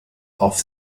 off